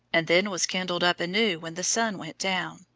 and then was kindled up anew when the sun went down,